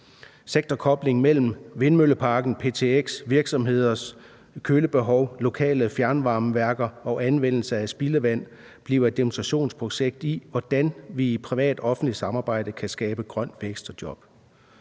Sektorkoblingen mellem vindmølleparken, ptx, virksomheders kølebehov, lokale fjernvarmeværker og anvendelsen af spildevand bliver et demonstrationsprojekt for, hvordan vi i et privat-offentligt samarbejde kan skabe grøn vækst og job.